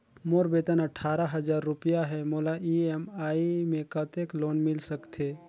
मोर वेतन अट्ठारह हजार रुपिया हे मोला ई.एम.आई मे कतेक लोन मिल सकथे?